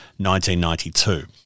1992